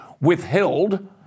withheld